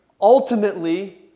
ultimately